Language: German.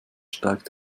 steigt